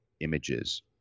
images